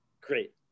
Great